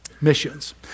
missions